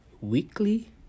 weekly